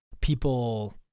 people